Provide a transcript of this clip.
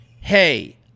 hey